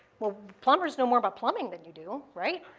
well, plumbers know more about plumbing than you do, right?